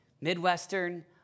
Midwestern